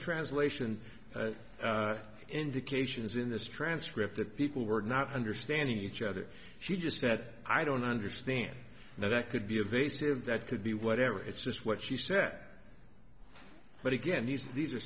translation indications in this transcript that people were not understanding each other she just said i don't understand now that could be a very serious that could be whatever it's just what she said but again he says these are